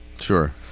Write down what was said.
Sure